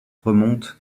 remontent